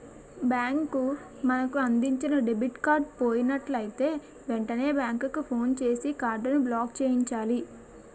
bank మనకు అందించిన debit card పోయినట్లయితే వెంటనే బ్యాంకుకు ఫోన్ చేసి కార్డును బ్లాక్చేయించాలి